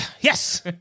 Yes